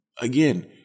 Again